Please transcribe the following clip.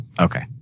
Okay